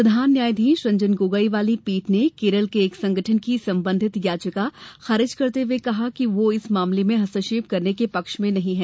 प्रधान न्याायाधीश रंजन गोगोई वाली पीठ ने केरल के एक संगठन की संबंधित याचिका खारिज करते हुए कहा कि वो इस मामले में हस्तक्षेप करने के पक्ष में नहीं है